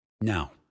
Now